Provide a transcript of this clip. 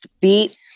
beat